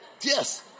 yes